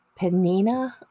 Penina